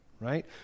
right